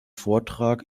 vortrag